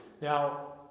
Now